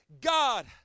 God